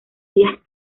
días